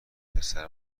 پسر